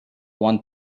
one